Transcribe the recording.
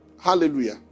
Hallelujah